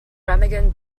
remagen